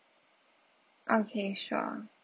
okay sure